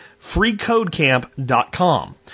FreeCodeCamp.com